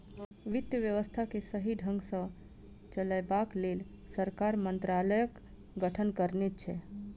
वित्त व्यवस्था के सही ढंग सॅ चलयबाक लेल सरकार मंत्रालयक गठन करने छै